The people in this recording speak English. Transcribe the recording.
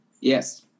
yes